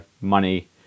money